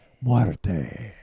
muerte